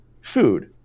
food